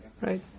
right